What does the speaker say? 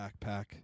backpack